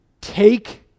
take